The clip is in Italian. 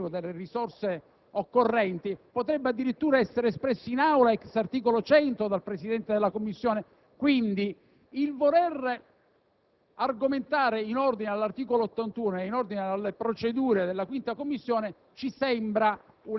esempio, visto il contenutissimo rilievo delle risorse occorrenti, potrebbe addirittura essere espresso in Aula, *ex* articolo 100, dal Presidente della Commissione.